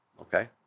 Okay